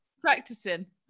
Practicing